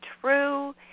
true